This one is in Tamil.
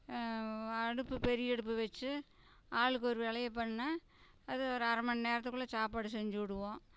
அடுப்பு பெரிய அடுப்பு வெச்சு ஆளுக்கொரு வேலையை பண்ணிணா அது ஒரு அரமணி நேரத்துக்குள்ளே சாப்பாடு செஞ்சு விடுவோம்